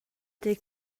they